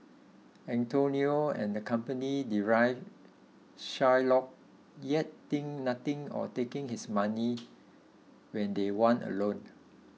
Antonio and the company deride Shylock yet think nothing of taking his money when they want a loan